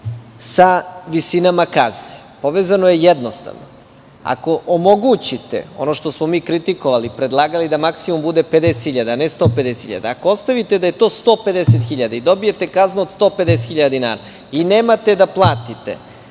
sa visinama kazne. Povezano je jednostavno. Ako omogućite, ono što smo mi kritikovali, predlagali da maksimum bude 50.000, a ne 150.000 dinara. Ako ostavite da je to 150.000 i dobijete kaznu od 150.000 dinara i nemate da platite,